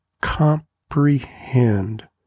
comprehend